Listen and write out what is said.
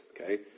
Okay